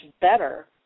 better